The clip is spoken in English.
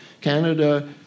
Canada